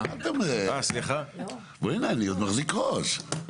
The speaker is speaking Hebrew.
ואני עוד מחזיק את הראש.